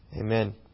Amen